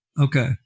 Okay